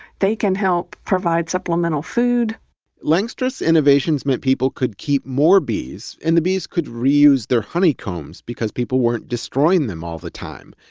they can help provide supplemental food langstroth's innovations meant people could keep more bees and the bees could reuse their honeycombs because people weren't destroying them all the time,